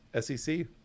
SEC